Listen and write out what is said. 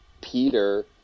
Peter